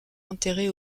enterré